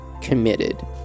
committed